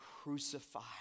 crucified